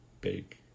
big